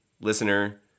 listener